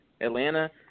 Atlanta